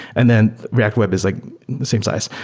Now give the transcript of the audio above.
and then react web is like same size.